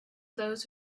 those